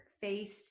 faced